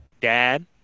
dad